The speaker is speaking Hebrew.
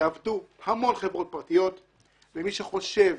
יעבדו המון חברות פרטיות ומי שחושב